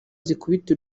zikubita